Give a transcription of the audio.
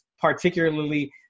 particularly –